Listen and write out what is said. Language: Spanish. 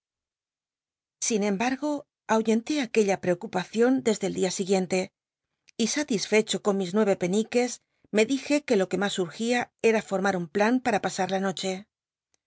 sin embargo ahuyenté aquella preocupacion desde el clia siguiente y satisfecho con mis nuel'e peniques me dije que lo que mas urgía era formar un plan para pas r la noche